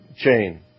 chain